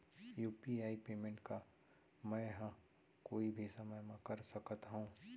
UPI payment का मैं ह कोई भी समय म कर सकत हो?